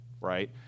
right